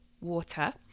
water